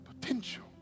potential